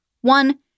One